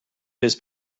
his